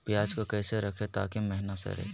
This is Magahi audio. प्याज को कैसे रखे ताकि महिना सड़े?